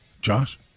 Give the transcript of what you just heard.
Josh